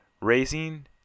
raising